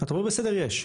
אתה אומר בסדר, יש.